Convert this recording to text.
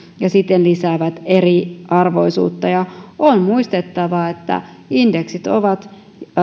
ja siten lisäävät eriarvoisuutta on muistettava että indeksit ovat